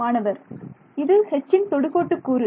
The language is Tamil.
மாணவர் இது Hன் தொடுகோடு கூறு